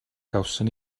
gawson